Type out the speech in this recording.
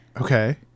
Okay